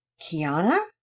Kiana